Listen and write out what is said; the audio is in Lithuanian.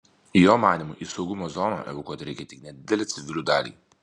jo manymu į saugumo zoną evakuoti reikia tik nedidelę civilių dalį